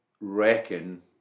reckon